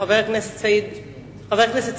חבר הכנסת סעיד נפאע.